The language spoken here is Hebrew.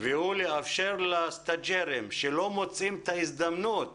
לאפשר למתמחים שלא מוצאים את ההזדמנות